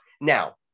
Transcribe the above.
Now